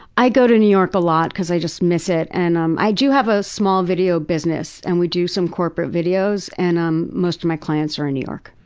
i go to new york a lot because i just miss it. and um i do have a small video business and we do some corporate videos. and um most of my clients are in new york.